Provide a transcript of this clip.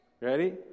Ready